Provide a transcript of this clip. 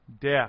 death